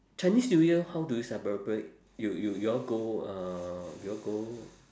chinese new year how do you celebrate you you you all go uh you all go